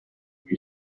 you